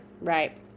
right